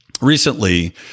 recently